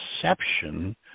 perception